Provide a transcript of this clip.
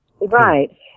Right